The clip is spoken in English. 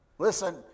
Listen